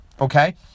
okay